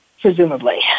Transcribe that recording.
presumably